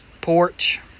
porch